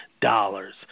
dollars